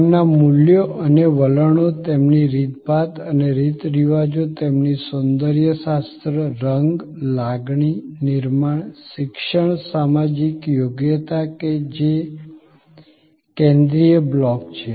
તેમના મૂલ્યો અને વલણો તેમની રીતભાત અને રીતરિવાજો તેમની સૌંદર્ય શાસ્ત્ર રંગ લાગણી નિર્માણ શિક્ષણ સામાજિક યોગ્યતા કે જે કેન્દ્રિય બ્લોક છે